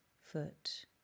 foot